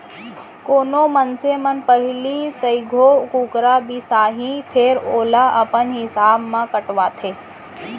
कोनो मनसे मन पहिली सइघो कुकरा बिसाहीं फेर ओला अपन हिसाब म कटवाथें